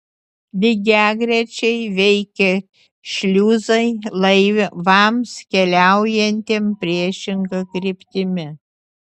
lygiagrečiai veikia šliuzai laivams keliaujantiems priešinga kryptimi